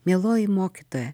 mieloji mokytoja